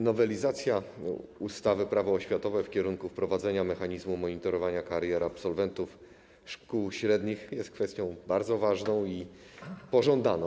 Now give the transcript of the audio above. Nowelizacja ustawy - Prawo oświatowe w kierunku wprowadzenia mechanizmu monitorowania karier absolwentów szkół średnich jest kwestią bardzo ważną i pożądaną.